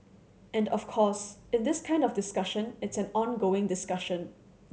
and of course in this kind of discussion it's an ongoing discussion